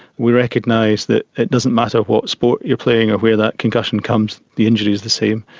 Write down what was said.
we recognise that it doesn't matter what sport you're playing or where that concussion comes, the injury is the same.